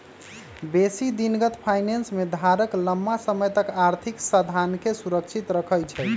बेशी दिनगत फाइनेंस में धारक लम्मा समय तक आर्थिक साधनके सुरक्षित रखइ छइ